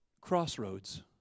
crossroads